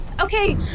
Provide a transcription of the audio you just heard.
Okay